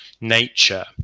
nature